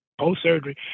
Post-surgery